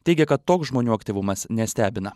teigia kad toks žmonių aktyvumas nestebina